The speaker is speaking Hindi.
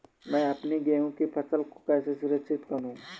मैं अपनी गेहूँ की फसल को कैसे सुरक्षित करूँ?